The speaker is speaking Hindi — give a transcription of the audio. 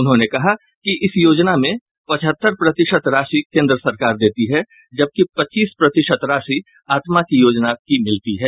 उन्होंने कहा कि इस योजना में पचहत्तर प्रतिशत राशि केंद्र सरकार देती है जबकि पच्चीस प्रतिशत राशि आत्मा की योजना से मिलता है